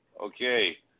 Okay